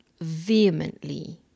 vehemently